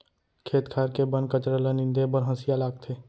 खेत खार के बन कचरा ल नींदे बर हँसिया लागथे